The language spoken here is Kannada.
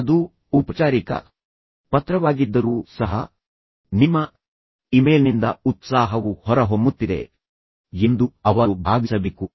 ಅದು ಔಪಚಾರಿಕ ಪತ್ರವಾಗಿದ್ದರೂ ಸಹ ನಿಮ್ಮ ಇಮೇಲ್ನಿಂದ ಉತ್ಸಾಹವು ಹೊರಹೊಮ್ಮುತ್ತಿದೆ ಎಂದು ಅವರು ಭಾವಿಸಬೇಕು